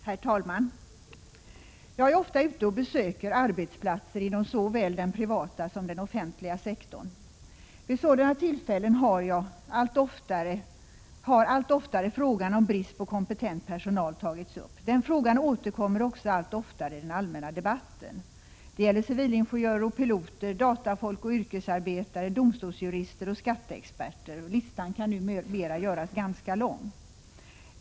Herr talman! Jag är ofta ute och besöker arbetsplatser inom såväl den privata som den offentliga sektorn. Vid sådana tillfällen har allt oftare frågan om brist på kompetent personal tagits upp. Den frågan återkommer också allt oftare i den allmänna debatten. Det gäller civilingenjörer och piloter, datafolk och yrkesarbetare, domstolsjurister och skatteexperter. Listan kan numera göras ganska lång.